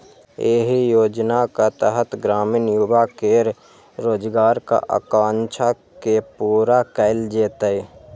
एहि योजनाक तहत ग्रामीण युवा केर रोजगारक आकांक्षा के पूरा कैल जेतै